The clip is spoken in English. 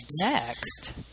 next